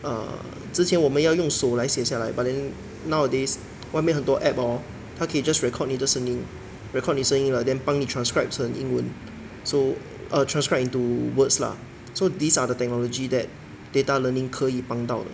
err 之前我们要用手来写下来 but then nowadays 外面很多 app hor 它可以 just record 你的声音 record 你的声音了 then 帮你 transcript 成英文 so err transcribe into words lah so these are the technology that data learning 可以帮到的